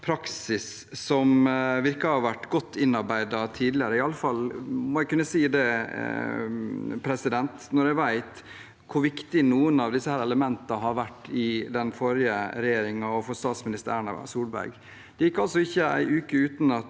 praksis som ser ut til å ha vært godt innarbeidet tidligere. Jeg må kunne si det når jeg vet hvor viktige noen av disse elementene har vært i den forrige regjeringen og for statsminister Erna Solberg. Det gikk ikke en uke uten at